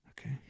Okay